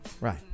right